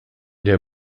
der